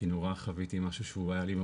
כי נורא חוויתי משהו שהוא היה לי מאוד,